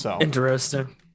Interesting